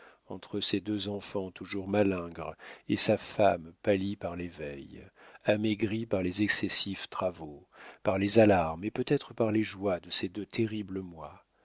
entre ses deux enfants toujours malingres et sa femme pâlie par les veilles amaigrie par les excessifs travaux par les alarmes et peut-être par les joies de ces deux terribles mois